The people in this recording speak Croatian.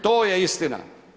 To je istina.